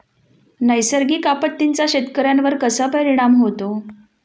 नैसर्गिक आपत्तींचा शेतकऱ्यांवर कसा परिणाम होतो?